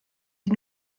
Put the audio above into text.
die